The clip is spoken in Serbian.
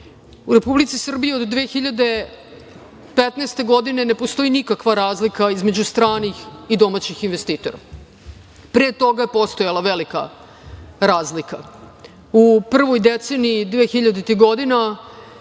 U Republici Srbiji od 2015. godine ne postoji nikakva razlika između stranih i domaćih investitora. Pre toga je postojala velika razlika. U prvoj deceniji 2000-ih godina